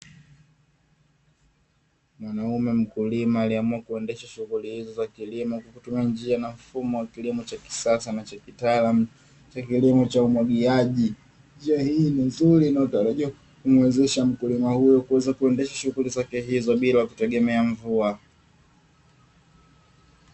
Mwanaume mkulima, aliyeamua kuendesha shughuli hizo za kilimo kwa kutumia njia na mfumo wa kilimo cha kisasa nacha kitaalamu cha umwagiliaji. Njia hii ni nzuri inayotarajiwa kumuwezesha mkulima huyu kuweza kuendesha shughuli zake hizo bila kutegemea mvua.